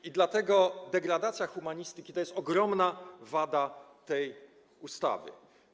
I dlatego degradacja humanistyki to jest ogromna wada tej ustawy.